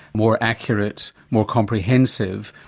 more accurate, more comprehensive,